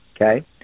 Okay